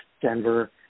Denver